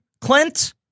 Clint